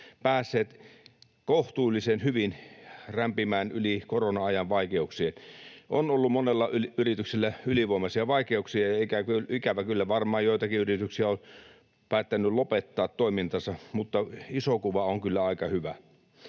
ovat päässeet kohtuullisen hyvin rämpimään yli korona-ajan vaikeuksien. Monella yrityksellä on ollut ylivoimaisia vaikeuksia, ja ikävä kyllä varmaan jotkin yritykset ovat päättäneet lopettaa toimintansa, mutta iso kuva on kyllä aika hyvä.